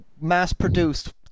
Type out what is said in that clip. mass-produced